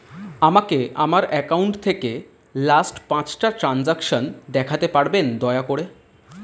আমাকে আমার অ্যাকাউন্ট থেকে লাস্ট পাঁচটা ট্রানজেকশন দেখাতে পারবেন দয়া করে